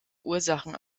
ursachen